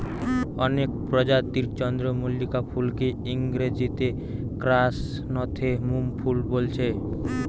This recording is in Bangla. অনেক প্রজাতির চন্দ্রমল্লিকা ফুলকে ইংরেজিতে ক্র্যাসনথেমুম ফুল বোলছে